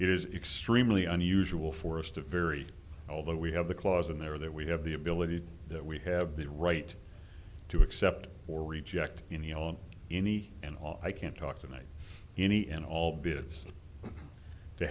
is extremely unusual for us to vary although we have the clause in there that we have the ability that we have the right to accept or reject any and all i can't talk tonight any and all